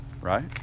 right